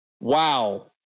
Wow